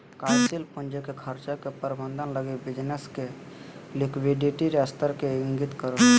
कार्यशील पूंजी के खर्चा के प्रबंधन लगी बिज़नेस के लिक्विडिटी स्तर के इंगित करो हइ